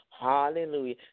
Hallelujah